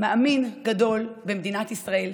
מאמין גדול במדינת ישראל,